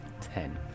Ten